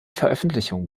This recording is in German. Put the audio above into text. veröffentlichung